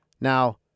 Now